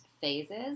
phases